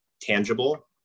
tangible